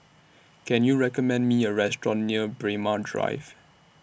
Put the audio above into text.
Can YOU recommend Me A Restaurant near Braemar Drive